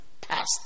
past